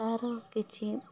ତାହାର କିଛି